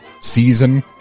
season